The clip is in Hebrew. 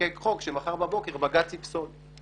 לחוקק חוק שבג"ץ יפסול מחר בבוקר.